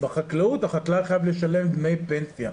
בחקלאות החקלאי חייב לשלם דמי פנסיה.